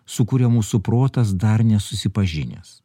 sukuria mūsų protas dar nesusipažinęs